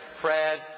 Fred